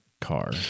car